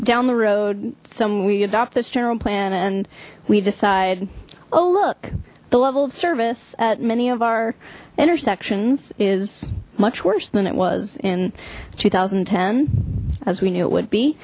down the road some we adopt this general plan and we decide oh look the level of service at many of our intersections is much worse than it was in two thousand and ten as we knew it would be